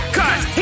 cause